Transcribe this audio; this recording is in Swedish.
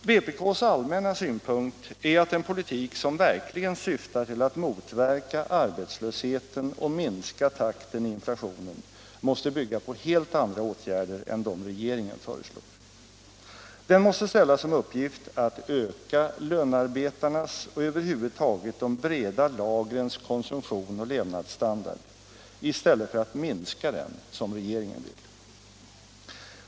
Vpk:s allmänna synpunkt är att en politik som verkligen syftar till att motverka arbetslösheten och minska takten i inflationen måste bygga på helt andra åtgärder än dem regeringen föreslår. Den måste se som sin uppgift att öka lönarbetarnas och över huvud taget de breda lagrens konsumtion och levnadsstandard i stället för att minska den, som regeringen vill.